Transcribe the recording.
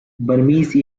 burmese